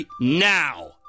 now